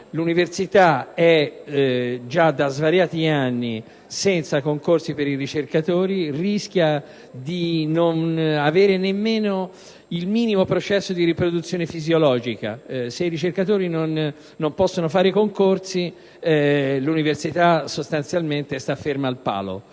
Nell'università già da svariati anni non si fanno concorsi per i ricercatori e il rischio è che non vi sia nemmeno il minimo processo di riproduzione fisiologica. Se i ricercatori non possono fare i concorsi, l'università sostanzialmente sta ferma al palo.